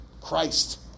Christ